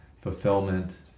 fulfillment